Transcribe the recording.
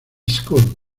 school